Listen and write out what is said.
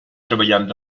treballant